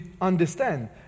understand